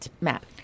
Map